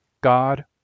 God